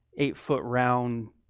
eight-foot-round